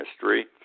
history